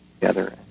together